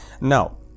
now